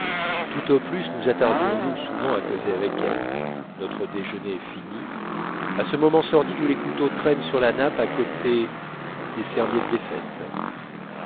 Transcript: tout au plus nous attardions nous souvent à causer avec elle notre déjeuner fini à ce moment sordide où les couteaux traînent sur la nappe à côté des serviettes